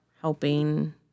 helping